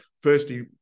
firstly